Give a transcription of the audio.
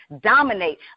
dominate